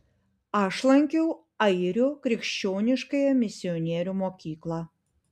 aš lankiau airių krikščioniškąją misionierių mokyklą